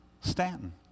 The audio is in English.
Stanton